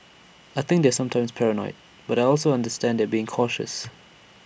I think they're sometimes paranoid but I also understand they're being cautious